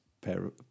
pair